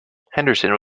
henderson